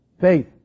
faith